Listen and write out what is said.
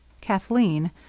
Kathleen